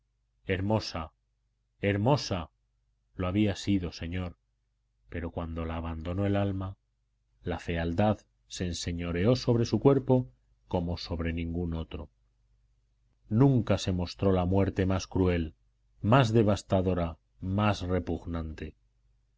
hermosa hermosa lo había sido señor pero cuando la abandonó el alma la fealdad se enseñoreó sobre su cuerpo como sobre ningún otro nunca se mostró la muerte más cruel más devastadora más repugnante